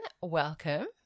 Welcome